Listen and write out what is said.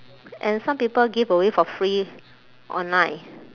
and some people give away for free online